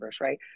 right